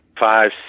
five